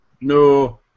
No